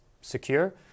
secure